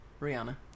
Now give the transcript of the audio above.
Rihanna